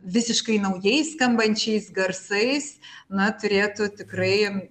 visiškai naujai skambančiais garsais na turėtų tikrai